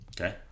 okay